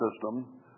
system